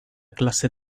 clase